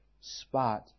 spot